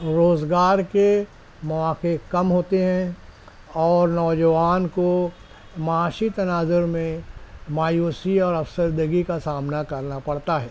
روزگار کے مواقع کم ہوتے ہیں اور نوجوان کو معاشی تناظر میں مایوسی اور افسردگی کا سامنا کرنا پڑتا ہے